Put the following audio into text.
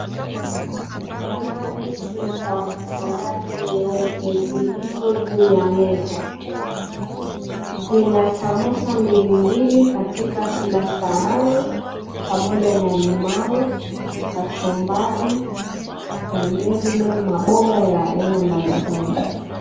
Sahani sita za rangi nyeupe zilizo juu ya meza , zina samosa mbilimbili katika kila sahani pamoja na limau, kachumbari na vilevile maboga ya aina mbalimbali.